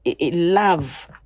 love